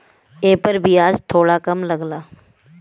एपर बियाज थोड़ा कम लगला